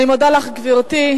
אני מודה לך, גברתי.